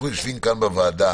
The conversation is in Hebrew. אנחנו יושבים כאן בוועדה